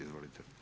Izvolite.